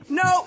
no